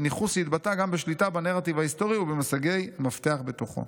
ניכוס שהתבטא גם בשליטה בנרטיב ההיסטורי ובמושגי מפתח בתוכו.